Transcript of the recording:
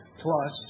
Plus